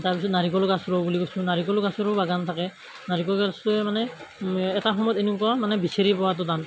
তাৰপিছত নাৰিকলৰ গছ ৰোওঁ বুলি কৈছোঁ নাৰিকল গছৰো বাগান থাকে নাৰিকল গছে মানে এটা সময়ত এনেকুৱা মানে বিচাৰি পোৱাটো টান